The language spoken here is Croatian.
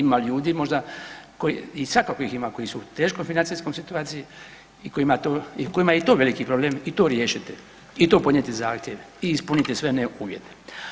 Ima, ima ljudi možda i svakako ih ima koji su u teškoj financijskoj situaciji i kojima je i to veliki problem i to riješiti i to podnijeti zahtjev i ispuniti sve ne uvjete.